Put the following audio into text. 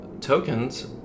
tokens